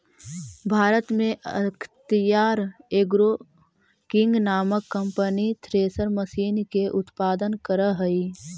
भारत में अख्तियार Agro King नामक कम्पनी थ्रेसर मशीन के उत्पादन करऽ हई